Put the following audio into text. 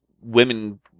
women